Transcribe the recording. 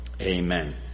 Amen